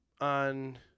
on